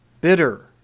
bitter